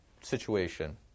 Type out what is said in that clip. situation